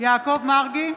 יעקב מרגי,